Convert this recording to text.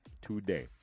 today